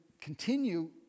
continue